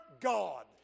God